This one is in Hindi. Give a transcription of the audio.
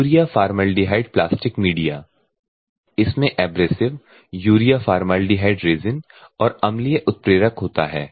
यूरिया फॉर्मलाडिहाइड प्लास्टिक मीडिया इसमें एब्रेसिव यूरिया फॉर्मलाडेहाइड रेज़िन और अम्लीय उत्प्रेरक होता है